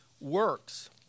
works